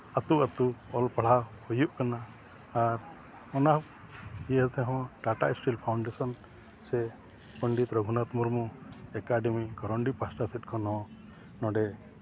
ᱟᱹᱛᱩ ᱟᱹᱛᱩ ᱚᱞ ᱯᱟᱲᱦᱟᱣ ᱦᱩᱭᱩᱜ ᱠᱟᱱᱟ ᱟᱨ ᱚᱱᱟ ᱤᱭᱟᱹ ᱛᱮᱦᱚᱸ ᱴᱟᱴᱟ ᱤᱥᱴᱤᱞ ᱯᱷᱟᱣᱩᱱᱰᱮᱥᱚᱱ ᱥᱮ ᱯᱚᱱᱰᱤᱛ ᱨᱚᱜᱷᱩᱱᱟᱛᱷ ᱢᱩᱨᱢᱩ ᱮᱠᱟᱰᱮᱹᱢᱤ ᱠᱚᱨᱚᱱᱰᱤ ᱯᱟᱥᱴᱟ ᱥᱮᱫ ᱠᱷᱚᱱ ᱦᱚᱸ ᱱᱚᱰᱮ